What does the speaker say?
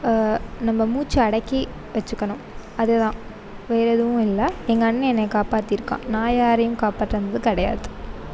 நம்ப மூச்சை அடக்கி வச்சுக்கணும் அதுதான் வேறு எதுவும் இல்லை எங்கள் அண்ணன் என்ன காப்பாற்றிருக்கான் நான் யாரையும் காப்பாற்றுனது கிடையாது